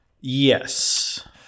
Yes